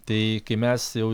tai kai mes jau